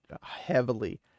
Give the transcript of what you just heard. heavily